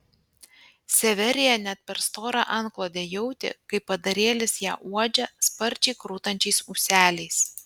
severija net per storą antklodę jautė kaip padarėlis ją uodžia sparčiai krutančiais ūseliais